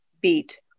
beat